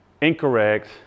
incorrect